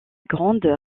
grande